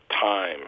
time